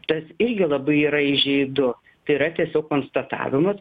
tas irgi labai yra įžeidu tai yra tiesiog konstatavimas